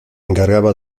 encargaba